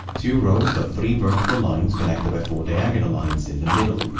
two rows of three vertical lines connected by four diagonal lines in the middle.